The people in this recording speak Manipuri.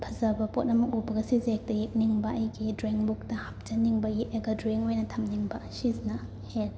ꯐꯖꯕ ꯄꯣꯠ ꯑꯃ ꯎꯕꯒ ꯁꯤꯁꯦ ꯍꯦꯛꯇ ꯌꯦꯛꯅꯤꯡꯕ ꯑꯩꯒꯤ ꯗ꯭ꯔꯣꯋꯤꯡ ꯕꯨꯛꯇ ꯍꯥꯞꯆꯟꯅꯤꯡꯕ ꯌꯦꯛꯑꯒ ꯗ꯭ꯔꯣꯋꯤꯡ ꯑꯣꯏꯅ ꯊꯝꯅꯤꯡꯕ ꯁꯤꯁꯤꯅ ꯍꯦꯜꯂꯦ